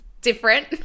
different